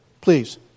please